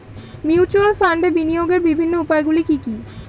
Mutual ফান্ডে বিনিয়োগের বিভিন্ন উপায়গুলি কি কি?